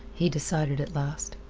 he decided at last.